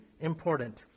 important